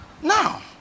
Now